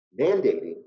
mandating